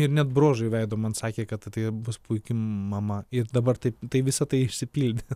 ir net bruožai veido man sakė kad tatai bus puiki mama ir dabar taip tai visa tai išsipildė